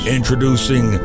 Introducing